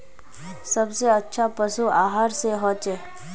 सबसे अच्छा पशु आहार की होचए?